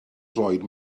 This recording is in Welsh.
droed